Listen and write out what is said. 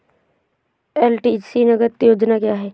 LTC नगद योजना क्या है?